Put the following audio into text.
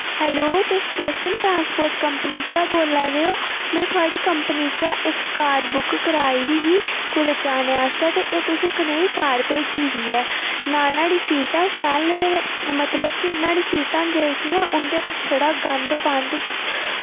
hello तुस Darshan transport company चा बोल्ला दे ओ में थोआड़ी कंपनी चा इक कार बुक कराई दी ही कुतै जाने आस्तै ते एह् तुसें कनेही कार भेजी दी ऐ नां नोहाड़ी सीटां शैल न ते मतलब के नोहाड़ी सीटां जेह्कियां उं'दे उप्पर छड़ा गंद मंद